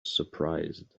surprised